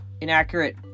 inaccurate